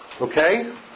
Okay